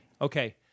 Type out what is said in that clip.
Okay